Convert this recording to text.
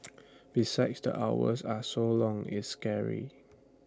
besides the hours are so long it's scary